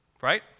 Right